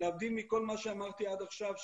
להבדיל מכל מה שאמרתי עד עכשיו,